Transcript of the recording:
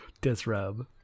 Disrobe